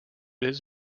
his